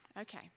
Okay